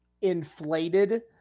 inflated